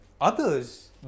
Others